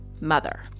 MOTHER